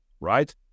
right